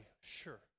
sure